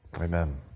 Amen